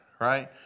right